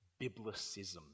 Biblicism